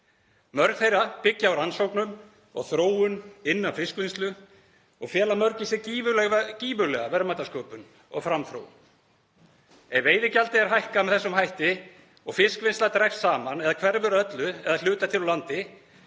Mörg þeirra byggja á rannsóknum og þróun innan fiskvinnslu og fela mörg í sér gífurlega verðmætasköpun og framþróun. Ef veiðigjaldið verður hækkað með þessum hætti og fiskvinnsla dregst saman eða hverfur að öllu eða að hluta til úr landi,